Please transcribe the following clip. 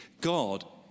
God